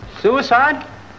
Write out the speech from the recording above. Suicide